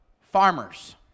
farmers